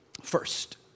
first